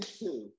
two